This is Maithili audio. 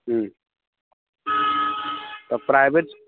हूँ तऽ प्राइवेट